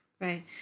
Right